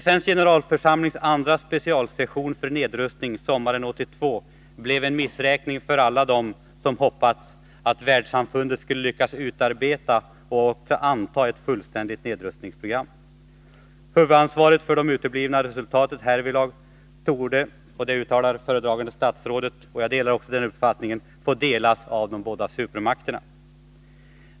FN:s generalförsamlings andra specialsession för nedrustning sommaren 1982 blev en missräkning för alla som hoppats att världssamfundet skulle lyckas utarbeta och anta ett fullständigt nedrustningsprogram. Huvudansvaret för de uteblivna resultaten härvidlag torde — uttalar föredragande statsrådet, och jag delar den uppfattningen — få delas av de båda supermakterna.